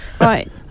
Right